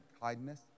kindness